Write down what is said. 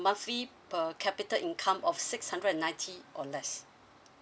monthly per capita income of six hundred ninety or less